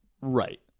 right